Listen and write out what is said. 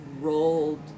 rolled